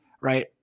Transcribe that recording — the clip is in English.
Right